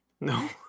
no